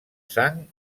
sang